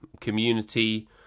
community